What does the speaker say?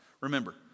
Remember